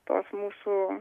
tos mūsų